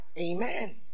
Amen